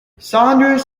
saunders